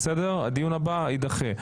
הדיון הבא יידחה.